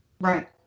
Right